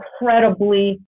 incredibly